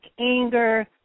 anger